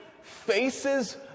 faces